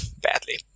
badly